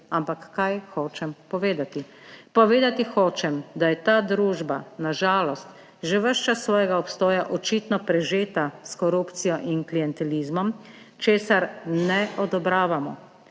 Ampak, kaj hočem povedati? Povedati hočem, da je ta družba, na žalost, že ves čas svojega obstoja očitno prežeta s korupcijo in klientelizmom, česar ne odobravamo,